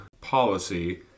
policy